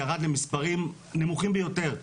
ירד למספרים נמוכים ביותר.